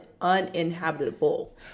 uninhabitable